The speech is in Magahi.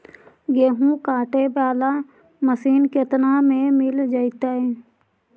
गेहूं काटे बाला मशीन केतना में मिल जइतै?